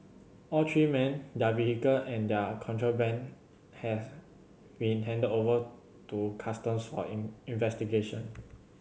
all three men their vehicle and their contraband has been handed over to customs investigation